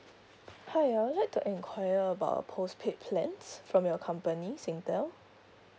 hi I would like to inquire about postpaid plans from your company Singtel